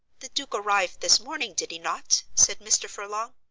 the duke arrived this morning, did he not? said mr. furlong.